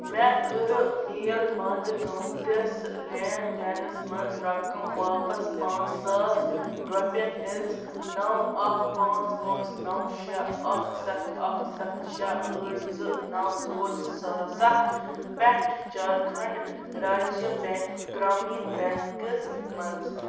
مےٚ کٔرٕ میل بنٛدٕ گٔمتِس لین دینَس منٛز رَقَم واپَس پانٛژھ ساس رۄپیَن ہِنٛز نَو اَکھ پانٛژھ پانٛژھ نَو شےٚ اَکھ سَتھ اَکھ سَتھ شےٚ ٲٹھ زٕ نَو ژور سا سَتھ پٮ۪ٹھ جارکھنٛڈ راجیہِ بٮ۪نٛک گرٛامیٖن بٮ۪نٛکٕس منٛز